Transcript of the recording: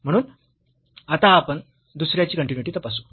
म्हणून आता आपण दुसऱ्याची कन्टीन्यूइटी तपासू